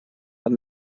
под